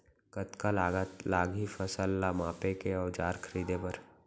कतका लागत लागही फसल ला मापे के औज़ार खरीदे बर?